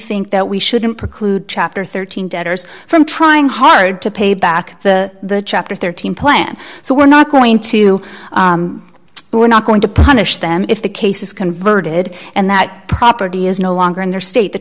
think that we shouldn't preclude chapter thirteen debtors from trying hard to pay back the chapter thirteen dollars plan so we're not going to we're not going to punish them if the case is converted and that property is no longer in their state